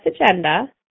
agenda